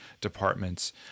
departments